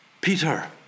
Peter